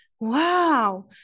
wow